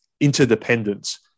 interdependence